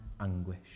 anguish